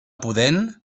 pudent